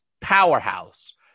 powerhouse